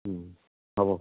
হ'ব